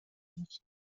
بود